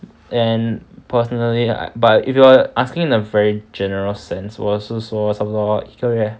and personally but if you were asking in a very general sense 我是说差不多一个月